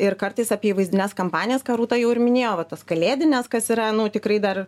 ir kartais apie įvaizdines kampanijas ką rūta jau ir minėjau va tas kalėdines kas yra tikrai dar